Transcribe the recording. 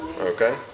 okay